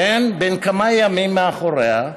בן כמה ימים מאחוריה,